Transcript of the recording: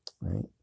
right